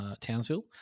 Townsville